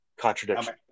Contradiction